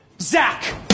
zach